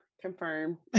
confirm